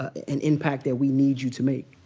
an impact that we need you to make.